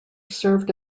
served